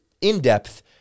in-depth